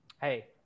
Hey